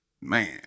man